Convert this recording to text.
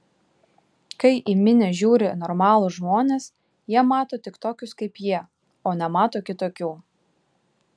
kai į minią žiūri normalūs žmonės jie mato tik tokius kaip jie o nemato kitokių